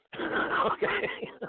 Okay